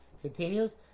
continues